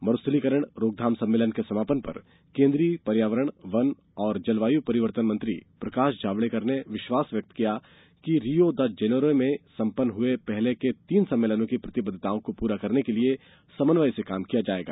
मरूस्थलीकरण रोकथाम सम्मेलन के समापन पर केन्द्रीय पर्यावरण वन और जलवायु परिवर्तन मंत्री प्रकाश जावड़ेकर ने विश्वास व्यक्त किया कि रियो द जेनेरो में सम्पन्न हुए पहले के तीन सम्मेलनों की प्रतिबद्धताओं को पूरा करने के लिए समन्वय से काम किया जायेगा